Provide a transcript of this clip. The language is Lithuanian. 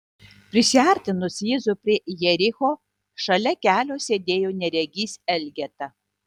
prisiartinus jėzui prie jericho šalia kelio sėdėjo neregys elgeta